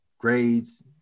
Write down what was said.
grades